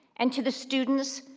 and to the students,